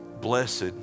Blessed